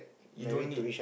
you don't need